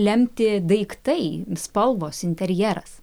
lemti daiktai spalvos interjeras